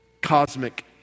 Cosmic